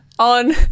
On